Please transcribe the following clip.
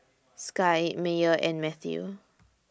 Sky Meyer and Mathew